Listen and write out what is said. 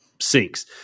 sinks